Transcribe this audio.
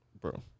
bro